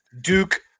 Duke